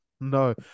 No